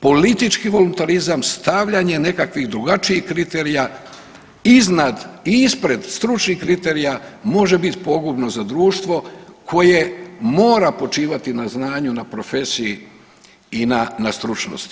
Politički voluntarizam, stavljanje nekakvih drugačijih kriterija iznad i ispred stručnih kriterija može biti pogubno za društvo koje mora počivati na znanju, na profesiji i na stručnosti.